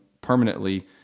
permanently